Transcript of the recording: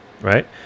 right